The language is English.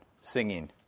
singing